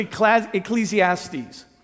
Ecclesiastes